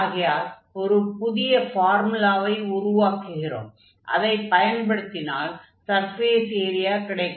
ஆகையால் ஒரு புதிய ஃபார்முலாவை உருவாக்குகிறோம் அதைப் பயன்படுத்தினால் சர்ஃபேஸ் ஏரியா கிடைக்கும்